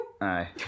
Aye